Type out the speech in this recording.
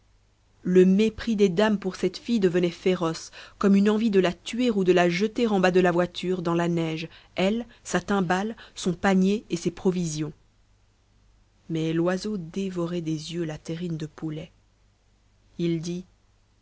le mépris des dames pour cette fille devenait féroce comme une envie de la tuer ou de la jeter en bas de la voiture dans la neige elle sa timbale son panier et ses provisions mais loiseau dévorait des yeux la terrine de poulet il dit